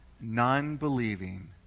non-believing